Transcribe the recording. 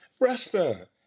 Rasta